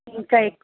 ఇంకా ఎక్